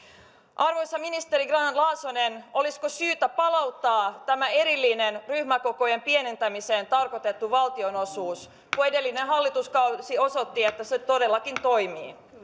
arvoisa ministeri grahn laasonen olisiko syytä palauttaa tämä erillinen ryhmäkokojen pienentämiseen tarkoitettu valtionosuus kun edellinen hallituskausi osoitti että se todellakin toimii